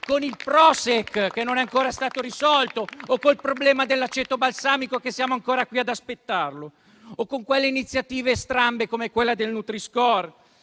del Prosek, che non è ancora stato risolto, o quello dell'aceto balsamico, che siamo ancora qui ad aspettarle, o con iniziative strambe come quella del nutri-score,